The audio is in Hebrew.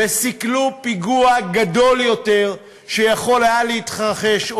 והם סיכלו פיגוע גדול יותר שיכול היה להתרחש,